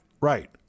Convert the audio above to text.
right